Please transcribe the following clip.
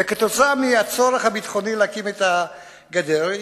וכתוצאה מהצורך הביטחוני להקים את הגדר,